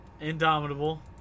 Indomitable